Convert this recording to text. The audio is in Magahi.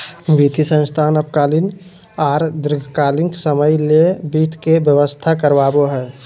वित्तीय संस्थान अल्पकालीन आर दीर्घकालिन समय ले वित्त के व्यवस्था करवाबो हय